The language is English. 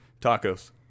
tacos